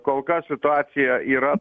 kol kas situacija yra